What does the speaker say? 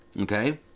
Okay